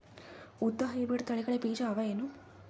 ಉದ್ದ ಹೈಬ್ರಿಡ್ ತಳಿಗಳ ಬೀಜ ಅವ ಏನು?